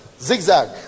Zigzag